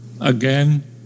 again